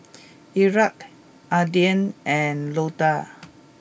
Erik Adin and Loda